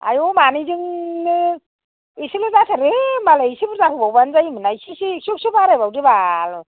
आयौ मानैजोंनो एसेल' जाथारो मालाय एसे बुरजा होबावबानो जायोमोन ना एसेसो एकस'सो बारायबावदो बाल